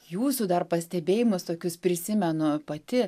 jūsų dar pastebėjimus tokius prisimenu pati